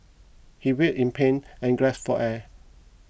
he writhed in pain and gasped for air